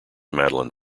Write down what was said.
madeline